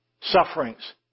sufferings